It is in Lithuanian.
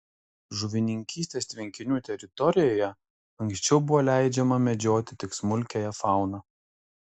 žuvininkystės tvenkinių teritorijoje anksčiau buvo leidžiama medžioti tik smulkiąją fauną